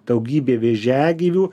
daugybė vėžiagyvių